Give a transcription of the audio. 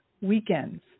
weekends